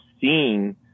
seeing